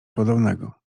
podobnego